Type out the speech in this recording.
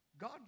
God